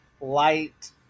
light